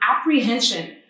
apprehension